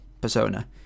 persona